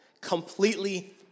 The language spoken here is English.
completely